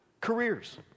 Careers